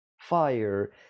fire